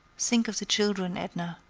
think of the children, edna.